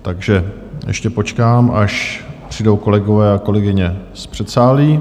Takže ještě počkám, až přijdou kolegové a kolegyně z předsálí.